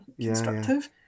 constructive